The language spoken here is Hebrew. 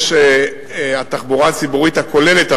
התחבורה הציבורית הכוללת,